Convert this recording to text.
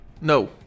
no